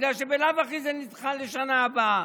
בגלל שזה בלאו הכי נדחה לשנה הבאה,